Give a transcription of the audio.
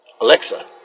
Alexa